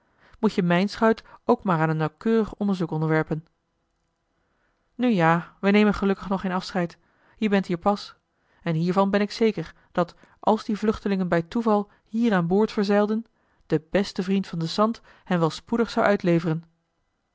moet-je mijn schuit ook maar aan een nauwkeurig onderzoek onderwerpen nu ja we nemen gelukkig nog geen afscheid je bent hier pas en hiervan ben ik zeker dat als die vluchtelingen bij toeval hier aan boord verzeilden de beste vriend van den sant hen wel spoedig zou uitleveren